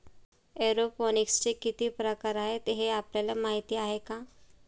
एरोपोनिक्सचे किती प्रकार आहेत, हे आपल्याला माहित आहे का?